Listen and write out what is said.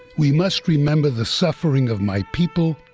we must remember the suffering of my people,